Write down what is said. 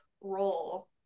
role